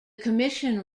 commission